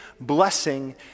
blessing